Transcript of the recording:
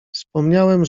wspomniałem